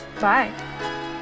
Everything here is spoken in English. Bye